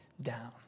down